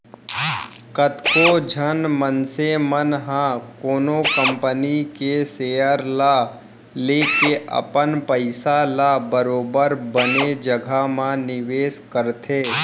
कतको झन मनसे मन ह कोनो कंपनी के सेयर ल लेके अपन पइसा ल बरोबर बने जघा म निवेस करथे